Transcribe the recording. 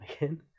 again